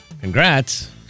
Congrats